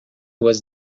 was